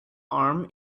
arms